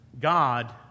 God